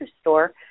store